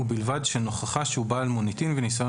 ובלבד שנוכחה שהוא בעל מוניטין וניסיון